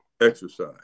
exercise